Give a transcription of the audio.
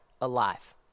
alive